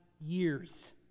years